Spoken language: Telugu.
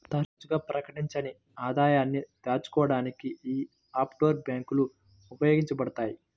తరచుగా ప్రకటించని ఆదాయాన్ని దాచుకోడానికి యీ ఆఫ్షోర్ బ్యేంకులు ఉపయోగించబడతయ్